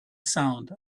sound